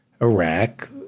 Iraq